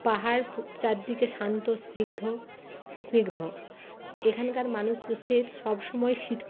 পাহাড় চারদিকে শান্ত স্নিগ্ধ স্নিগ্ধ এখানকার মানুষের সব সময় শীত